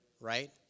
right